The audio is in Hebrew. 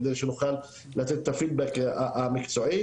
כדי שנוכל לתת את הפידבק המקצועי.